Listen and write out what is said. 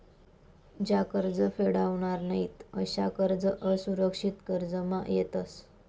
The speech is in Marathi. ज्या कर्ज फेडावनार नयीत अशा कर्ज असुरक्षित कर्जमा येतस